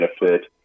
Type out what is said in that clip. benefit